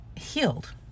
healed